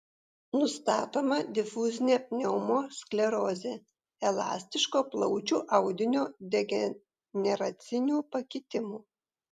nustatoma difuzinė pneumosklerozė elastiško plaučių audinio degeneracinių pakitimų